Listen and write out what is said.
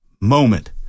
moment